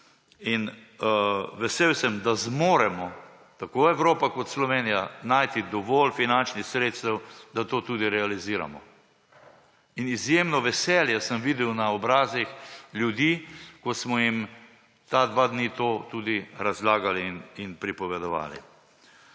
In vesel sem, da zmoremo, tako Evropa kot Slovenija, najti dovolj finančnih sredstev, da to tudi realiziramo. In izjemno veselje sem videl na obrazih ljudi, ko smo jim ta dva dni to tudi razlagali in pripovedovali.